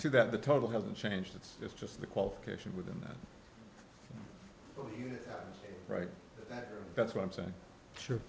to that the total hasn't changed it's just the qualification with them right that's what i'm saying sure